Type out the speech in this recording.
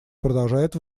продолжает